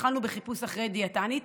התחלנו בחיפוש אחרי דיאטנית,